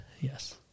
Yes